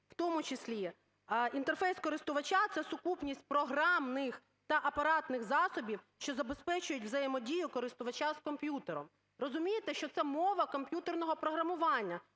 в тому числі інтерфейс користувача – це сукупність програмних та апаратних засобів, що забезпечують взаємодію користувача з комп'ютером. Розумієте, що це мова комп'ютерного програмування?